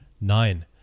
nine